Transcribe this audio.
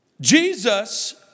Jesus